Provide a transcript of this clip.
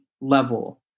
level